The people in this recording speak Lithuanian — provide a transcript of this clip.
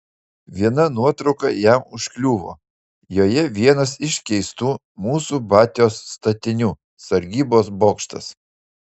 viena nuotrauka jam užkliuvo joje vienas iš keistų mūsų batios statinių sargybos bokštas